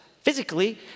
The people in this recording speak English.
physically